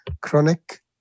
chronic